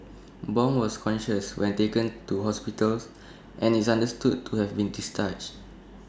Bong was conscious when taken to hospitals and is understood to have been discharged